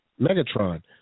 Megatron